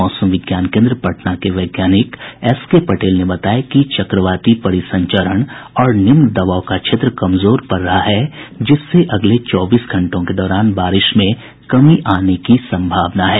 मौसम विज्ञान कोन्द्र पटना के वैज्ञानिक एसके पटेल ने बताया कि चक्रवाती परिसंचरण और निम्न दबाव का क्षेत्र कमजोर पड़ रहा है जिससे अगले चौबीस घंटों के दौरान बारिश में कमी आने की संभावना है